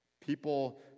People